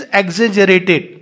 exaggerated